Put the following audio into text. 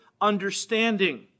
understanding